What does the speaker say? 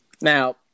Now